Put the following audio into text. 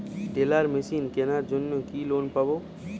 Teller machine কেনার জন্য কি লোন পাব?